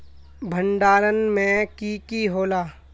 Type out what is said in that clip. भण्डारण में की की होला?